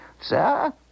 Sir